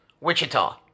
Wichita